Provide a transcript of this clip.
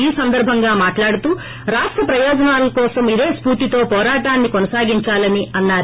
ఈ సందర్భంగా మాట్లాడుతూ రాష్ట ప్రయోజనాల కోసం ఇదే స్పూర్తితో పోరాటాన్ని కొనసాగించాలని అన్నారు